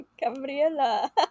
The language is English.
Gabriela